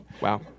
Wow